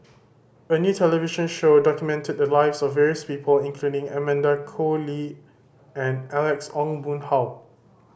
a new television show documented the lives of various people including Amanda Koe Lee and Alex Ong Boon Hau